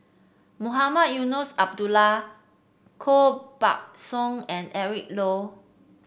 Mohamed Eunos Abdullah Koh Buck Song and Eric Low